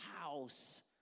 house